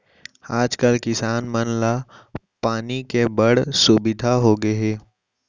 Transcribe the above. आज कल किसान मन ला पानी के बड़ सुबिधा होगे हे